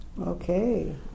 Okay